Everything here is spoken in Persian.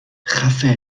خفه